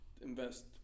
invest